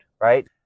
right